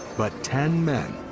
but ten men,